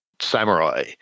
samurai